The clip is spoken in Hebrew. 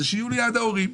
זה שיהיו ליד ההורים.